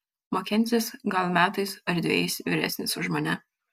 makenzis gal metais ar dvejais vyresnis už mane